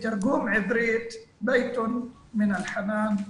בתרגום עברית "ביתון מן אל-חנאן"